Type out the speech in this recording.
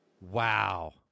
Wow